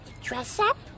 Dress-up